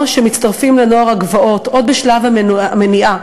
שמצטרפים ל"נוער הגבעות" עוד בשלב המניעה.